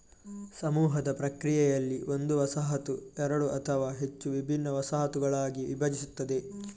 ಸಮೂಹದ ಪ್ರಕ್ರಿಯೆಯಲ್ಲಿ, ಒಂದು ವಸಾಹತು ಎರಡು ಅಥವಾ ಹೆಚ್ಚು ವಿಭಿನ್ನ ವಸಾಹತುಗಳಾಗಿ ವಿಭಜಿಸುತ್ತದೆ